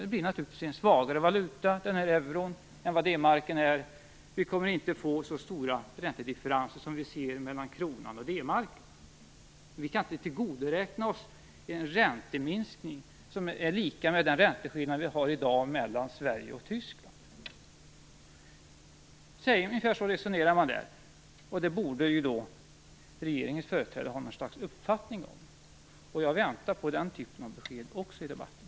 Euron blir naturligtvis en svagare valuta än D-marken är, och vi kommer inte att få så stora räntedifferenser som vi ser mellan kronan och D-marken. Vi kan inte tillgodoräkna oss en ränteminskning som är lika med den ränteskillnad vi har i dag mellan Sverige och Tyskland. Ungefär så resonerar man i EMU-utredningen. Det borde regeringens företrädare ha något slags uppfattning om. Jag väntar också på den typen av besked i debatten.